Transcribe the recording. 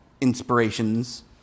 inspirations